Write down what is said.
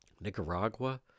Nicaragua